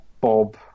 bob